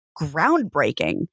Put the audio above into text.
groundbreaking